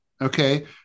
okay